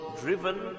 driven